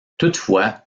toutefois